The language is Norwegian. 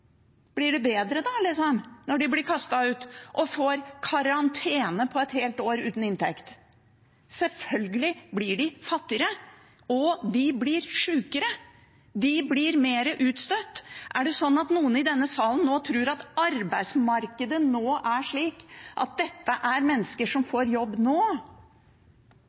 Blir det bedre da liksom, når de blir kastet ut og får karantene på et helt år uten inntekt? Selvfølgelig blir de fattigere, de blir sykere, de blir mer utstøtt. Er det noen i denne salen som tror at arbeidsmarkedet nå er slik at dette er mennesker som får jobb nå?